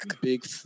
big